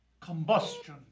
combustion